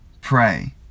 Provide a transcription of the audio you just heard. pray